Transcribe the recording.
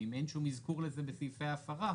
ואם אין שום אזכור לזה בסעיפי ההפרה,